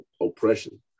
oppression